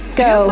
go